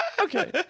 okay